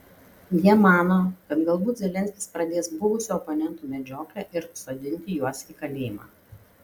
jie mano kad galbūt zelenskis pradės buvusių oponentų medžioklę ir sodinti juos į kalėjimą